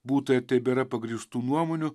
būta ir tebėra pagrįstų nuomonių